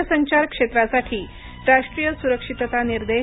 दूरसंचार क्षेत्रासाठी राष्ट्रीय सुरक्षितता निर्देश